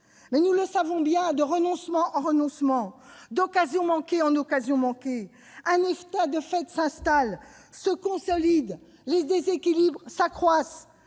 Nous le savons bien, de renoncement en renoncement, d'occasion manquée en occasion manquée, un état de fait s'installe et se consolide, les déséquilibres s'accroissent,